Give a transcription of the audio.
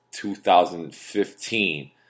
2015